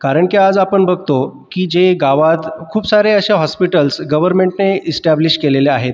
कारण की आज आपण बघतो की जे गावात खूप सारे असे हॉस्पिटल्स गव्हर्मेंटने एस्टॅब्लिश केलेले आहेत